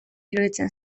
iruditzen